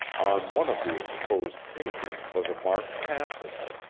on one of the exposed pages was a marked passage